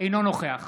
אינו נוכח